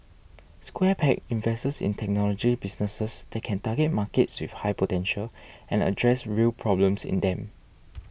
Square Peg invests in technology businesses that can target markets with high potential and address real problems in them